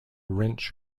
wrench